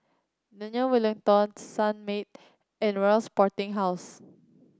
Daniel Wellington Sunmaid and Royal Sporting House